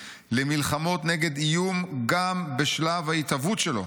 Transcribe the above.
למלחמות נגד איום גם בשלב ההתהוות שלו.